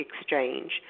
exchange